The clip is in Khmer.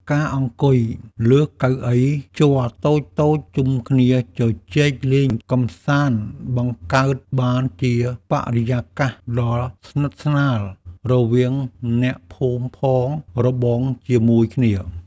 ការអង្គុយលើកៅអីជ័រតូចៗជុំគ្នាជជែកលេងកម្សាន្តបង្កើតបានជាបរិយាកាសដ៏ស្និទ្ធស្នាលរវាងអ្នកភូមិផងរបងជាមួយគ្នា។